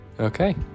Okay